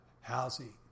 housing